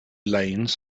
lanes